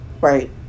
right